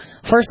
first